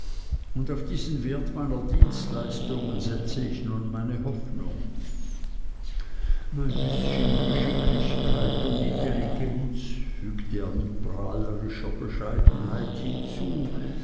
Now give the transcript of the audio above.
und auf diesen wert meiner dienstleistungen setze ich nun meine hoffnung mein bißchen geschicklichkeit und intelligenz fügte er mit prahlerischer bescheidenheit hinzu